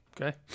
Okay